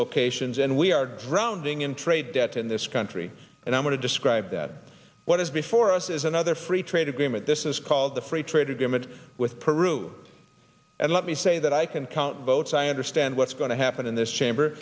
dislocations and we are drowning in trade debt in this country and i'm going to describe that what is before us is another free trade agreement this is called the free trade agreement with peru and let me say that i can count votes i understand what's going to happen in this chamber